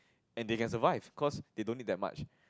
and they can survive cause they don't need that much